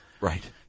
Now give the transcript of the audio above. Right